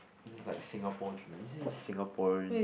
this is like Singapore dream this is Singaporean dr~